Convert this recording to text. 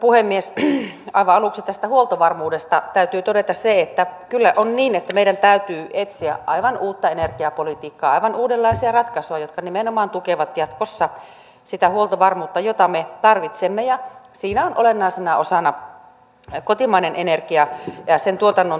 aivan aluksi tästä huoltovarmuudesta täytyy todeta se että kyllä on niin että meidän täytyy etsiä aivan uutta energiapolitiikkaa aivan uudenlaisia ratkaisuja jotka nimenomaan tukevat jatkossa sitä huoltovarmuutta jota me tarvitsemme ja siinä on olennaisena osana kotimainen energia ja sen tuotannon turvaaminen